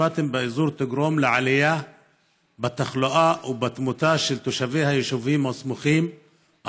פוספטים באזור תגרום לעלייה בתחלואה ובתמותה של תושבי היישובים הסמוכים,